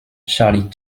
charlie